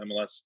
MLS